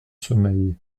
sommeil